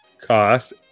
cost